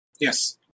Yes